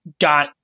got